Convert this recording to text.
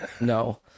No